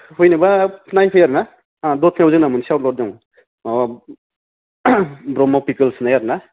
फैनोबा नायफै आरोना आंहा थ' फिउजोना मोनसे आपलड दं माबा ब्रह्म पिकोल्स होननाय आरो ना